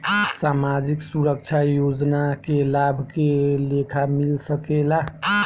सामाजिक सुरक्षा योजना के लाभ के लेखा मिल सके ला?